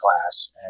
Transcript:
class